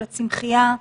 של הצמחייה,